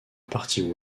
partie